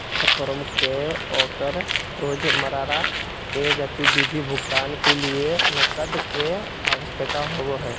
firm के ओकर रोजमर्रा के गतिविधि भुगतान के लिये नकद के आवश्यकता होबो हइ